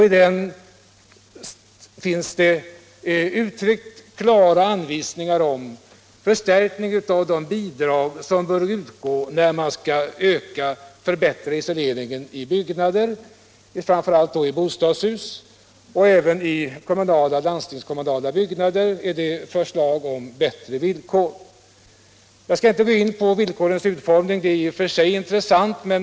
I den finns klara anvisningar om förstärkningar av de bidrag som bör utgå när det gäller att undersöka hur man skall förbättra isoleringen i byggnader, framför allt i bostadshus, men även i fråga om kommunala och landstingskommunala byggnader finns förslag om bättre villkor. Jag skall inte gå in på villkorens utformning, vilket i och för sig vore intressant.